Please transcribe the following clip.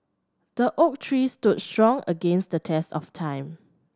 the oak tree stood strong against the test of time